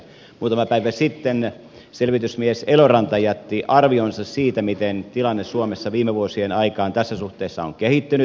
muutama päivä sitten selvitysmies eloranta jätti arvionsa siitä miten tilanne suomessa viime vuosien aikaan tässä suhteessa on kehittynyt